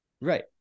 Right